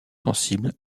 sensible